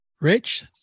Rich